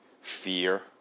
fear